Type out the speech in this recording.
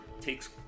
takes